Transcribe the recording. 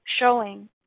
showing